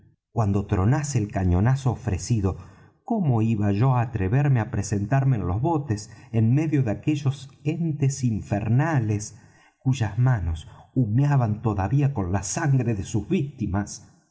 cuando tronase el cañonazo ofrecido cómo iba yo á atreverme á presentarme en los botes en medio de aquellos entes infernales cuyas manos humeaban todavía con la sangre de sus víctimas